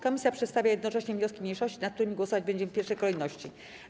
Komisja przedstawia jednocześnie wnioski mniejszości, nad którymi głosować będziemy w pierwszej kolejności.